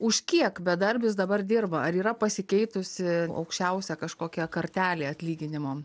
už kiek bedarbis dabar dirba ar yra pasikeitusi aukščiausia kažkokia kartelė atlyginimo